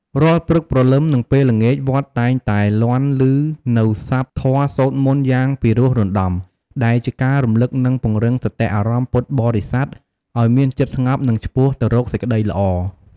រាល់ព្រឹកព្រលឹម និងពេលល្ងាច វត្តតែងតែលាន់ឮនូវស័ព្ទធម៌សូត្រមន្តយ៉ាងពីរោះរណ្ដំ ដែលជាការរំលឹក និងពង្រឹងសតិអារម្មណ៍ពុទ្ធបរិស័ទឲ្យមានចិត្តស្ងប់ និងឆ្ពោះទៅរកសេចក្តីល្អ។